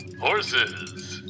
Horses